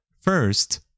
First